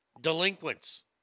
delinquents